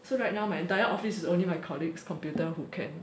so right now my entire office is only my colleague's computer who can